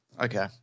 Okay